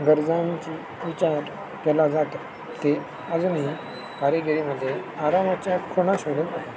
गरजांची विचार केला जातो ते अजूनही कारिगिरीमध्ये आरामाच्या खुणा शोधून